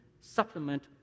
supplement